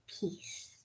peace